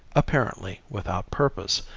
apparently, without purpose,